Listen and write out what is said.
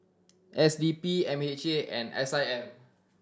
S D P M H A and S I M